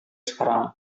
sekarang